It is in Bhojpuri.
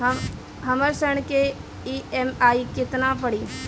हमर ऋण के ई.एम.आई केतना पड़ी?